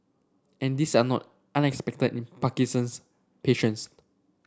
and these are all not unexpected in Parkinson's patients